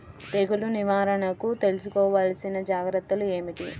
తెగులు నివారణకు తీసుకోవలసిన జాగ్రత్తలు ఏమిటీ?